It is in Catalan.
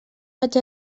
vaig